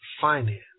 finance